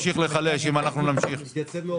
השקל ימשיך להיחלש אם אנחנו נמשיך --- הוא התייצב.